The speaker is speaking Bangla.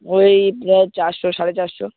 ওই চারশো সাড়ে চাড়শো